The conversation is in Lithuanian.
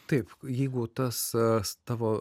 taip jeigu tas s tavo